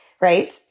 right